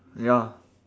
ya